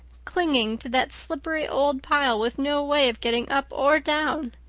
clinging to that slippery old pile with no way of getting up or down.